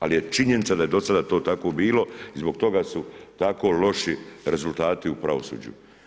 Ali je činjenica da je do sada to tako bilo i zbog toga su tako loši rezultati u pravosuđu.